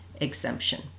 exemption